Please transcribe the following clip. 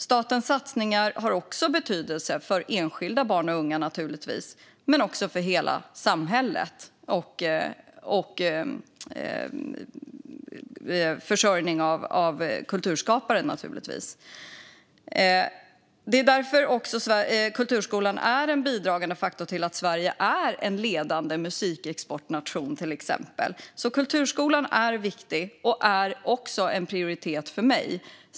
Statens satsningar har också betydelse för enskilda barn och unga, för hela samhället och för försörjning av kulturskapare. Det är därför också kulturskolan är en bidragande faktor till att Sverige är en ledande musikexportnation. Kulturskolan är viktig och är en prioritet för mig.